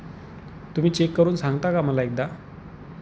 तुम्ही चेक करून सांगता का मला एकदा